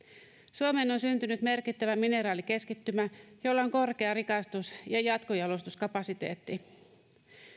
suomeen on syntynyt merkittävä mineraalikeskittymä jolla on korkea rikastus ja jatkojalostuskapasiteetti